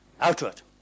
outward